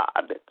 God